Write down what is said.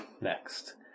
Next